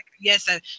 yes